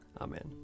Amen